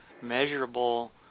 measurable